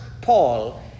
Paul